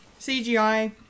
CGI